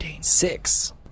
Six